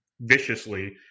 viciously